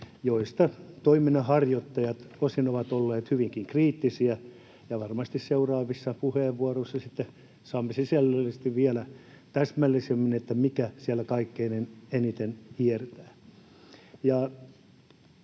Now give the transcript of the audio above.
joista toiminnanharjoittajat ovat osin olleet hyvinkin kriittisiä, ja varmasti seuraavissa puheenvuoroissa sitten saamme sisällöllisesti vielä täsmällisemmin kuulla, mikä siellä kaikkein eniten hiertää.